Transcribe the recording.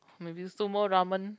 maybe sumo ramen